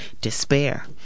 despair